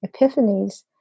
epiphanies